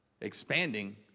expanding